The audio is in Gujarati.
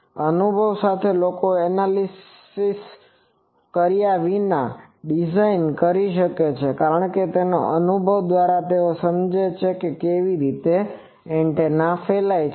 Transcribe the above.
અનુભવ સાથે લોકો એનાલિસીસ વિના એન્ટેના ડિઝાઇનdesignઆલેખન કરી શકે છે કારણ કે તેમના અનુભવ દ્વારા તેઓ સમજે છે કે તે કેવી રીતે ફેલાય છે વગેરે